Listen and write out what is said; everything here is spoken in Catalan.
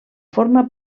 forma